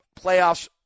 playoffs